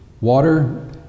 Water